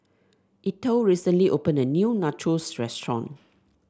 Ethel recently opened a new Nachos Restaurant